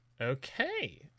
Okay